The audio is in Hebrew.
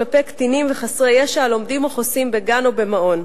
כלפי קטינים וחסרי ישע הלומדים או חוסים בגן או במעון.